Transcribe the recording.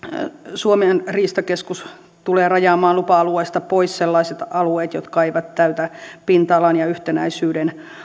suomen riistakeskus tulee rajaamaan lupa alueesta pois sellaiset alueet jotka eivät täytä pinta alan ja yhtenäisyyden